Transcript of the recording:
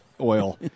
oil